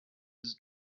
his